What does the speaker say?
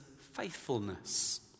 faithfulness